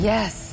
Yes